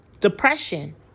depression